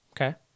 okay